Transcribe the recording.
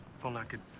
if only i could